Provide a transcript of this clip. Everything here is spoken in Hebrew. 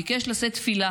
ביקש לשאת תפילה